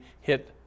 hit